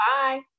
Bye